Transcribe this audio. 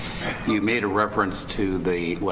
you made a reference to the